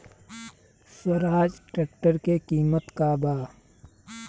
Swaraj tractor के किमत का बा?